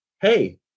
hey